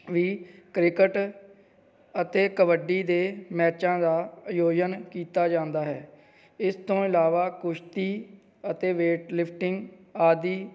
ਵੀ cricket ਅਤੇ ਕਬੱਡੀ ਦੇ ਮੈਚਾਂ ਦਾ ਆਯੋਜਨ ਕੀਤਾ ਜਾਂਦਾ ਹੈ ਇਸ ਤੋਂ ਇਲਾਵਾ ਕੁਸ਼ਤੀ ਅਤੇ ਵੇਟ ਲਿਫਟਿੰਗ ਆਦਿ